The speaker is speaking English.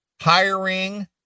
hiring